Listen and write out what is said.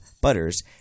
Butters